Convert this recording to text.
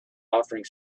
offering